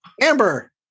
Amber